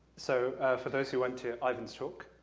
so for those who went to ivan's talk,